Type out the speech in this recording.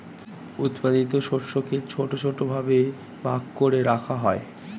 উৎপাদিত শস্যকে ছোট ছোট ভাবে ভাগ করে রাখা হয়